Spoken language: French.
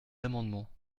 amendement